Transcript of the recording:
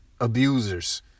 abusers